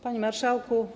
Panie Marszałku!